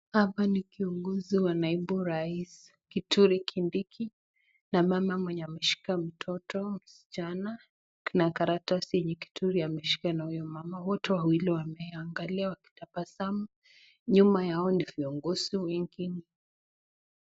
Hapa ni kiongozi wa naibu wa rais Kithure Kindiki na mama mwenye ameshika mtoto msichana, kuna karatasi yenye Kithure ameshika na huyo mama. Wote wawili wameiangalia wakitabasamu, nyuma yao ni viongozi wengine.